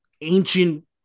ancient